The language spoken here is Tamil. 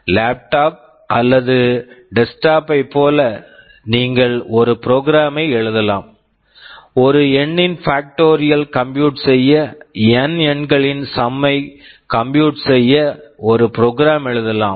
லேப்டாப் laptop அல்லது டெஸ்க்டாப் desktop ஐ போல நீங்கள் ஒரு ப்ரோக்ராம் program ஐ எழுதலாம் ஒரு எண்ணின் பாக்டோரியல் factorial கம்ப்யூட் compute செய்ய என் n எண்களின் சம் sum மைக் கம்ப்யூட் compute செய்ய ஒரு ப்ரோக்ராம் program எழுதலாம்